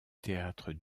théâtre